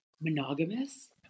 monogamous